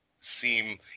seem